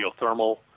geothermal